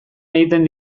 egiten